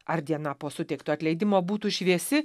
ar diena po suteikto atleidimo būtų šviesi